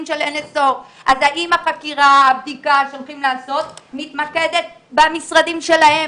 במשרדים של NSO. האם החקירה והבדיקה שהולכים לעשות מתמקדת במשרדים שלהם?